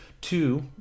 Two